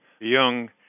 young